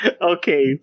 okay